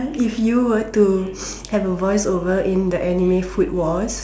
if you were to have a voice over in the anime food Wars